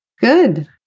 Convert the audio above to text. Good